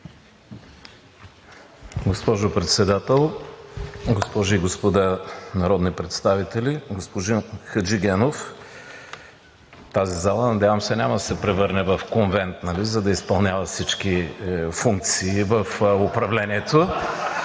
Госпожо Председател, госпожи и господа народни представители. Господин Хаджигенов, надявам се, че тази зала няма да се превърне в конвент (оживление), за да изпълнява всички функции в управлението